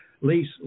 lease